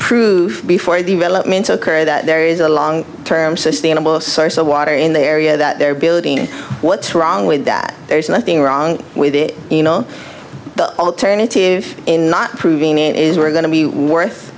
prove before the relevant soaker that there is a long term sustainable source of water in the area that they're building what's wrong with that there's nothing wrong with it you know the alternative in not proving it is we're going to be worth